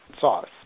sauce